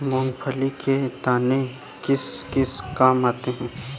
मूंगफली के दाने किस किस काम आते हैं?